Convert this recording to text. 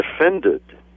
defended